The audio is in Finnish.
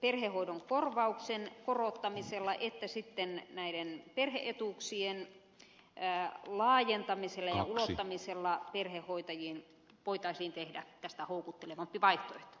perhehoidon korvauksen korottamisella että sitten näiden perhe etuuksien laajentamisella ja ulottamisella perhehoitajiin voitaisiin tehdä tästä houkuttelevampi vaihtoehto